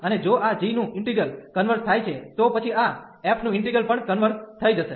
અને જો આ g નું ઇન્ટિગલ કન્વર્ઝ થાય છે તો પછી આ f નું ઇન્ટિગલ પણ કન્વર્ઝ થઈ જશે